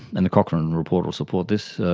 and the cochrane and report will support this,